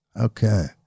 Okay